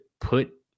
put